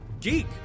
geek